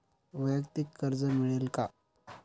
वैयक्तिक कर्ज मिळेल का?